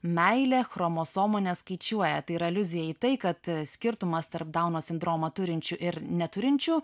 meilė chromosomų neskaičiuoja tai yra aliuzija į tai kad skirtumas tarp dauno sindromą turinčių ir neturinčių